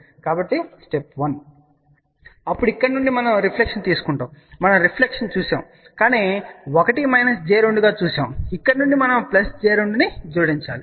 కాబట్టి స్టెప్1 అప్పుడు ఇక్కడ నుండి మనం రిఫ్లెక్షన్ తీసుకుంటాము మనం రిఫ్లెక్షన్ చూశాము మరియు దీనిని 1 j 2 గా చూశాము ఇక్కడ నుండి మనం j 2 ను జోడించాలి